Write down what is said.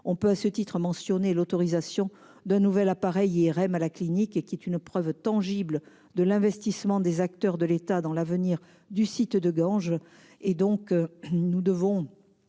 On peut, à ce titre, mentionner l'autorisation d'un nouvel appareil IRM à la clinique, qui est une preuve tangible de l'investissement des acteurs et de l'État dans l'avenir du site de Ganges. Nous devons